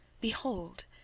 Behold